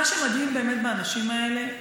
מה שבאמת מדהים באנשים האלה,